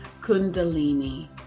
kundalini